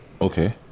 Okay